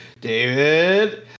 david